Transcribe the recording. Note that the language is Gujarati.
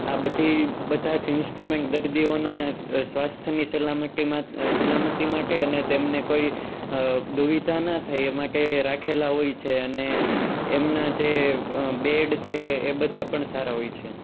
આ બધુ બધાં જ ઇન્સ્ટ્રુમેન્ટ દર્દીઓનાં સ્વાસ્થ્યની સલામતી માટે અને તેમને કોઈ દુવિધા ના થાય એ માટે રાખેલાં હોય છે અને એમના જે બેડ છે એ બધા પણ સારા હોય છે